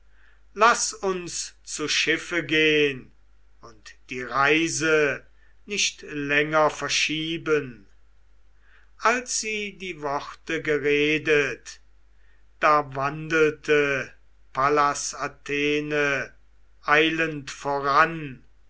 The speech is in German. laß uns zu schiffe gehn und die reise nicht länger verschieben als sie die worte geredet da wandelte pallas athene eilend voran